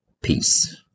Peace